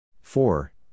four